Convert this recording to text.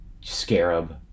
Scarab